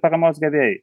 paramos gavėjui